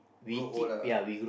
grow old lah